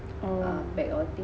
oh